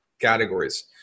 categories